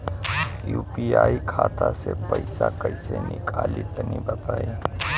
UPI खाता से पइसा कइसे निकली तनि बताई?